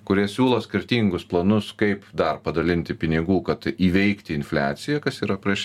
kurie siūlo skirtingus planus kaip dar padalinti pinigų kad įveikti infliaciją kas yra prieš